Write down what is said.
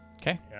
Okay